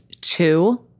two